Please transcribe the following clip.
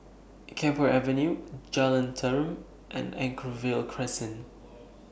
Camphor Avenue Jalan Tarum and Anchorvale Crescent